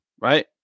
right